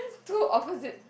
two opposite